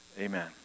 Amen